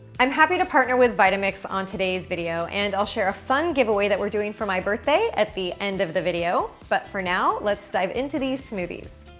i'm happy to partner with vitamix on today's video and i'll share a fun giveaway that we're doing for my birthday at the end of the video but for now let's dive into these smoothies.